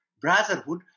brotherhood